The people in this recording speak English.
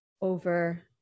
over